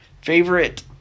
Favorite